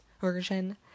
version